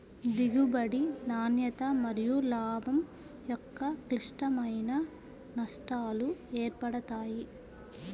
దిగుబడి, నాణ్యత మరియులాభం యొక్క క్లిష్టమైన నష్టాలు ఏర్పడతాయి